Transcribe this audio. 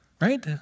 Right